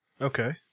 Okay